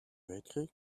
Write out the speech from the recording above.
weltkrieg